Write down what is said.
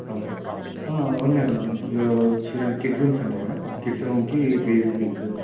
okay ఉన్నాయి madam ఇదో children kid rooms ఉంటాయి కదా కిడ్స్ రూమ్కి బేబీ పింక్